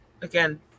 Again